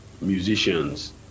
musicians